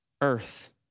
earth